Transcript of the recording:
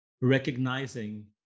recognizing